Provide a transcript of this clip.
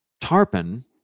tarpon